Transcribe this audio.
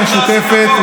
שוק מחנה יהודה עשית פה?